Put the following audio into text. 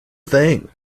thing